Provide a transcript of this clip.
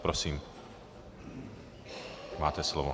Prosím, máte slovo.